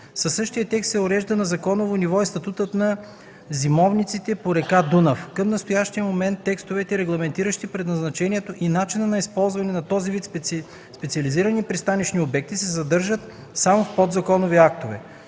Със същия текст се урежда на законово ниво и статутът на зимовниците по река Дунав. Към настоящия момент текстове, регламентиращи предназначението и начина на използване на този вид специализирани пристанищни обекти, се съдържат само в подзаконови актове.